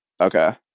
Okay